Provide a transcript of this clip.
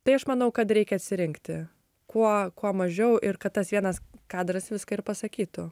tai aš manau kad reikia atsirinkti kuo kuo mažiau ir kad tas vienas kadras viską ir pasakytų